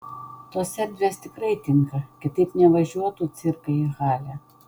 tos erdvės tikrai tinka kitaip nevažiuotų cirkai į halę